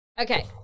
Okay